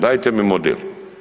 Dajte mi model.